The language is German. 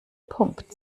punkt